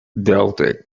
building